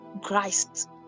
christ